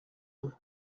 deux